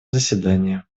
заседания